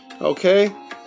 Okay